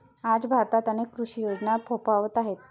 आज भारतात अनेक कृषी योजना फोफावत आहेत